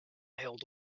held